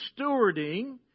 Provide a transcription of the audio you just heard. stewarding